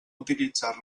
utilitzar